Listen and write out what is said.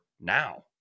now